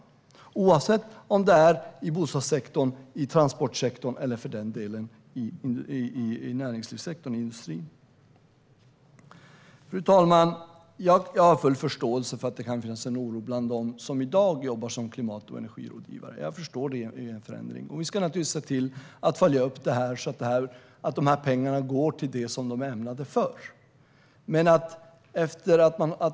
Det gäller också oavsett om det handlar om bostadssektorn, transportsektorn eller näringslivssektorn. Fru talman! Jag har full förståelse för att det kan finnas en oro bland dem som i dag jobbar som klimat och energirådgivare. Vi ska naturligtvis se till att följa upp dessa pengar så att de går till det som de är ämnade för.